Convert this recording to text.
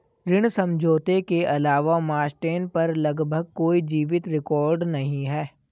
ऋण समझौते के अलावा मास्टेन पर लगभग कोई जीवित रिकॉर्ड नहीं है